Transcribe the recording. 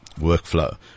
workflow